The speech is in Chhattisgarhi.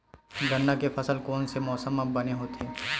गन्ना के फसल कोन से मौसम म बने होथे?